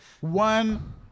one